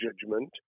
judgment